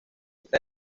lista